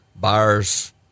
buyers